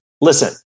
listen